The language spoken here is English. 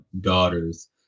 daughters